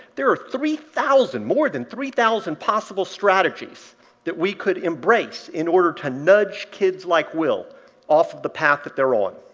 there are three thousand more than three thousand possible strategies that we could embrace in order to nudge kids like will off of the path that they're on.